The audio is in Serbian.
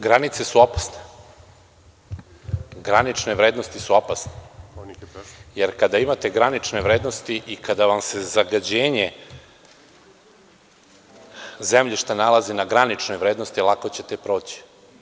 Granice su opasne, granične vrednosti su opasne, jer kada imate granične vrednosti i kada vam se zagađenje zemljišta nalazi na graničnoj vrednosti ovako ćete proći.